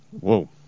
Whoa